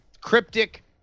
cryptic